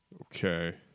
Okay